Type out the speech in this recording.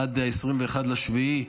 עד 21 ביולי,